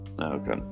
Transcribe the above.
okay